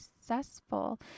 successful